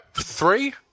Three